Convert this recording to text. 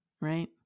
right